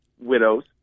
widows